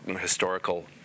historical